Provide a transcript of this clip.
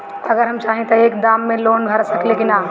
अगर हम चाहि त एक दा मे लोन भरा सकले की ना?